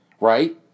right